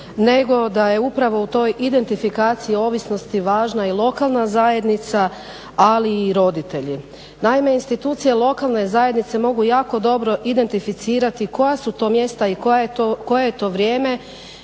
nego da je upravo u toj identifikaciji ovisnosti važna i lokalna zajednica ali i roditelji. Naime, institucije lokalne zajednice mogu jako dobro identificirati koja su to mjesta i koje je to vrijeme